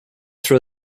throw